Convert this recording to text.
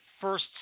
first